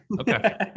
Okay